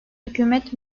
hükümet